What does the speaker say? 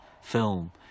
film